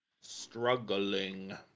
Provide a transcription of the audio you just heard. Struggling